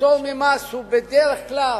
שהפטור ממס הוא בדרך כלל